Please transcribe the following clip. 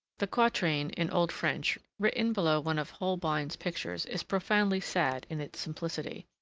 the quatrain in old french written below one of holbein's pictures is profoundly sad in its simplicity.